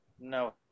No